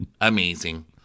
Amazing